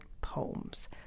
poems